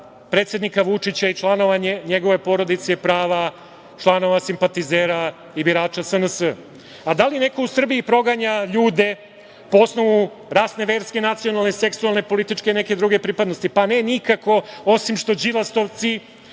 predsednika Vučića i članova njegove porodice i prava članova simpatizera i birača SNS?Da li neko u Srbiji proganja ljude po osnovu rasne, verske, nacionalne, seksualne, političke i neke druge pripadnosti? Pa ne, nikako, osim što Đilasovci